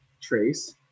trace